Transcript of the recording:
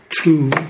two